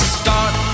start